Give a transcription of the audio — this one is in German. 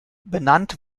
benannt